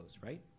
right